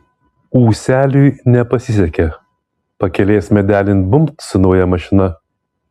ūseliui nepasisekė pakelės medelin bumbt su nauja mašina